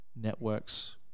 networks